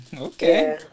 okay